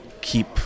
keep